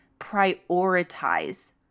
prioritize